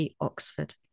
Oxford